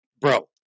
bro